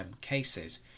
cases